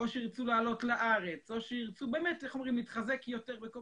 או שירצו לעלות לארץ או שירצו להתחזק יותר בכל